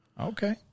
okay